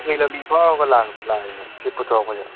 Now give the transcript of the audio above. ꯀꯔꯤ ꯀꯔꯤ ꯂꯝꯕꯤ ꯐꯥꯎꯔꯒ ꯂꯥꯛꯏꯅꯣ ꯁꯤ ꯄꯨꯊꯣꯔꯛꯄꯁꯦ